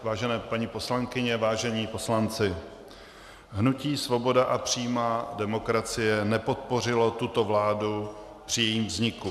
Vážené paní poslankyně, vážení poslanci, hnutí Svoboda a přímá demokracie nepodpořilo tuto vládu při jejím vzniku.